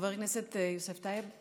חבר הכנסת יוסף טייב,